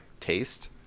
taste